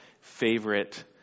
favorite